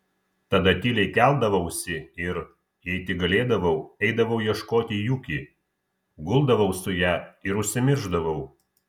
tada tyliai keldavausi ir jei tik galėdavau eidavau ieškoti juki guldavau su ja ir užsimiršdavau